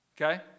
okay